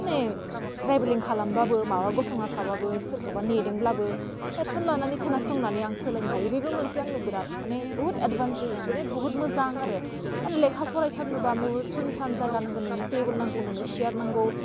माने ट्रेभेलिं खालामबाबो माबा गसंना थाबाबो सोरखौबा नेदोंब्लाबो हेडफन लानानै खोनासंनानै आं सोलों हायो बेबो मोनसे आंनो बेराथ माने बुहुथ एडभानटेज बेराद माने बुहुथ मोजां आरो लेखा फरायथारनोबाबो सुन सान जायगा नांगोन नोंनो थेबोल नांगौ नोंनो सियार नांगौ